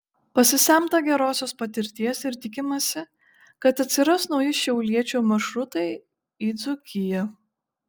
pasisemta gerosios patirties ir tikimasi kad atsiras nauji šiauliečių maršrutai į dzūkiją